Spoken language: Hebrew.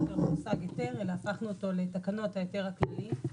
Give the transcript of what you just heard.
יותר במושג "היתר" אלא הפכנו אותו ל"תקנות ההיתר הכללי"